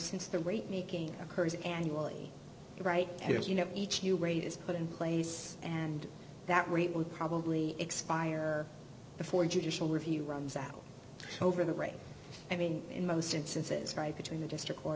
since the rate making occurs annually right here you know each year rate is put in place and that rate would probably expire before a judicial review runs out over the right i mean in most instances right between the district